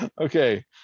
Okay